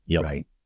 Right